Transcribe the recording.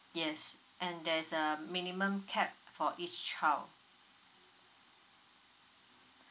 yes and there's a minimum cap for each child